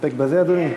נסתפק בזה, אדוני?